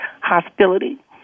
hostility